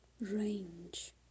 range